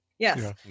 yes